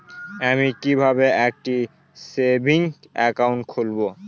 আমি কিভাবে একটি সেভিংস অ্যাকাউন্ট খুলব?